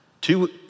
Two